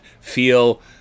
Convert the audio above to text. feel